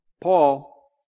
Paul